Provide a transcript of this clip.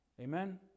Amen